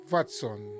Watson